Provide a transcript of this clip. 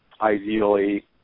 ideally